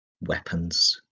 weapons